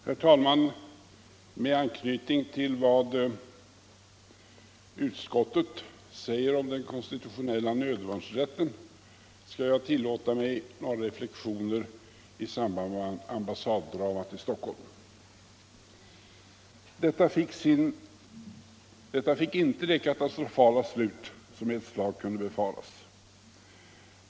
Herr talman! Med anknytning till vad utskottet säger om den konstitutionella nödvärnsrätten skall jag tillåta mig göra några reflexioner kring dramat på den västtyska ambassaden i Stockholm. Dramat fick inte det katastrofala slut som ett slag kunde befaras.